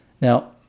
Now